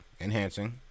enhancing